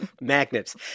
magnets